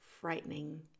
frightening